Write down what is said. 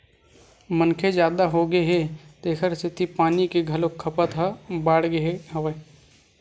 मनखे जादा होगे हे तेखर सेती पानी के घलोक खपत ह जादा बाड़गे गे हवय